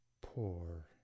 poor